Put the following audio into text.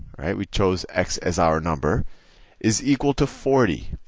right? we chose x as our number is equal to forty.